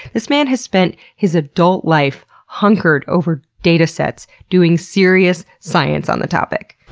this man has spent his adult life hunkered over data sets, doing serious science on the topic.